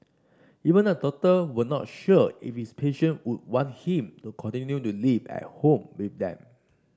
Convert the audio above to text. even the doctor were not sure if his passion would want him to continue to live at home with them